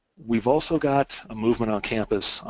we've also got a movement on campus,